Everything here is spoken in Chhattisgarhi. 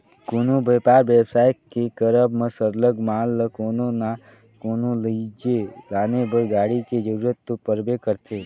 कोनो बयपार बेवसाय के करब म सरलग माल ल कोनो ना कोनो लइजे लाने बर गाड़ी के जरूरत तो परबे करथे